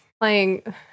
playing